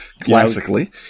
classically